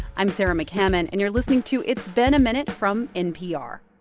i'm sarah mccammon. and you're listening to it's been a minute from npr